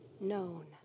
known